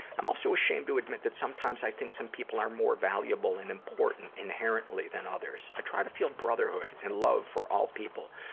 i'm also ashamed to admit that sometimes, i think some people are more valuable and important inherently than others. i try to feel brotherhood and love for all people.